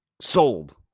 sold